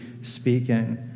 speaking